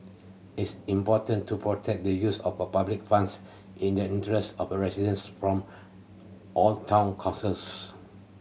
is important to protect the use of a public funds in the interest of residents from all town councils